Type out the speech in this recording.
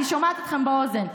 אני שומעת אתכם באוזן.